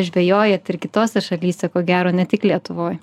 žvejojat ir kitose šalyse ko gero ne tik lietuvoj